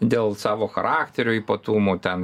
dėl savo charakterio ypatumų ten